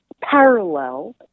parallel